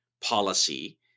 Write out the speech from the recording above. policy